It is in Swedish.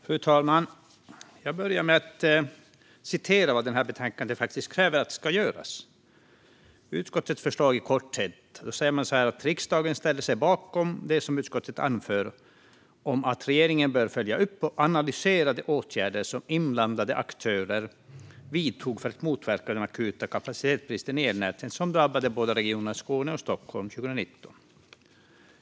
Fru talman! Jag börjar med att citera vad utskottet i detta betänkande faktiskt kräver ska göras. Under rubriken "Utskottets förslag i korthet" står det: "Riksdagen ställer sig bakom det som utskottet anför om att regeringen bör följa upp och analysera de åtgärder som inblandade aktörer vidtog för att motverka den akuta kapacitetsbristen i elnäten som drabbade de båda regionerna Skåne och Stockholm 2019."